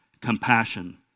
compassion